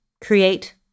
create